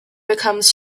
becomes